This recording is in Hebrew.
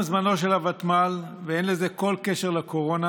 זה גם מאוד לא נוח לנו לתקשר עם ריבוי השרים שנמצאים פה באולם,